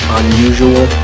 unusual